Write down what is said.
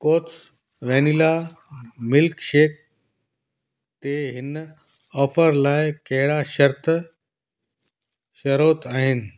कोथिस vanilla milkshake ते हिन offer लाइ कहिड़ा शर्त शरोत आहिनि